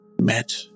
met